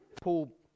Paul